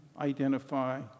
identify